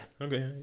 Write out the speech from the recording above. okay